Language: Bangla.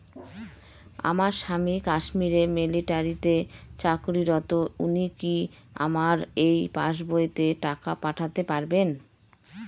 আমার স্বামী কাশ্মীরে মিলিটারিতে চাকুরিরত উনি কি আমার এই পাসবইতে টাকা পাঠাতে পারবেন?